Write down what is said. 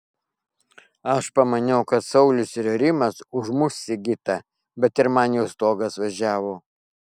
aš pamaniau kad saulius ir rimas užmuš sigitą bet ir man jau stogas važiavo